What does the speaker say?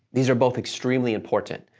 these are both extremely important.